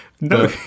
no